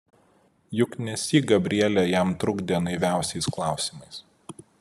juk nesyk gabrielė jam trukdė naiviausiais klausimais